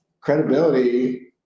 credibility